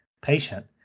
patient